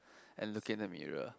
and look in the mirror